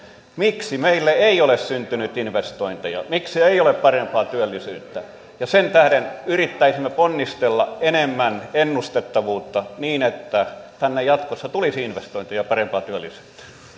miksi meille ei ole syntynyt investointeja miksi ei ole parempaa työllisyyttä ja sen tähden yrittäisimme ponnistella enemmän ennustettavuutta niin että tänne jatkossa tulisi investointeja ja parempaa työllisyyttä